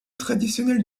traditionnel